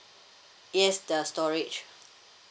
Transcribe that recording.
yes the storage